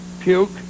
puke